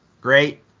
great